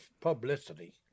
publicity